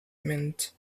meant